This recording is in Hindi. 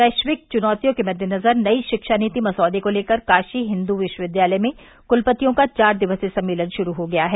वैश्विक चुनौतियों के मद्देनजर नई शिक्षा नीति मसौदे को लेकर काशी हिन्दू विश्वविद्यालय में कुलपतियों का चार दिवसीय सम्मेलन शुरू हो गया है